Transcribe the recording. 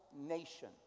nation